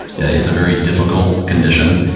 yeah, it's a very difficult condition.